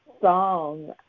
Song